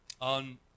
on